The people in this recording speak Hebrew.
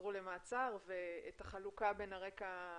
חזרו למעצר ואת החלוקה בין הפרות